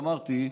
אמרתי,